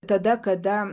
tada kada